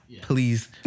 please